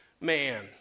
man